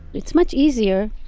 it's much easier